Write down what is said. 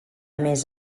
més